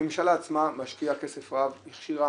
הממשלה עצמה משקיעה כסף רב, היא הכשירה